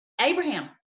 Abraham